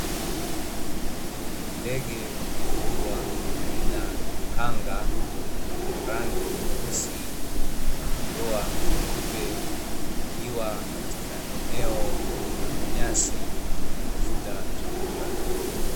Ndege wa kufugwa aina ya kanga mwenye rangi nyeusi na madoa meupe akiwa katika eneo la manyasi, akitafuta chakula.